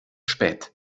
spät